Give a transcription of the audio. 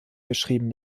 beschrieben